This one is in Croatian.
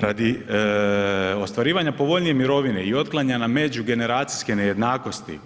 Radi ostvarivanja povoljnije mirovine i otklanjanja međugeneracijske nejednakosti